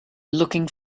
looking